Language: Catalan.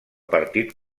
partit